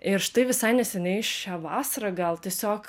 ir štai visai neseniai šią vasarą gal tiesiog